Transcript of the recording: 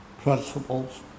principles